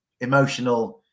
emotional